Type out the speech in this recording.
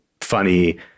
funny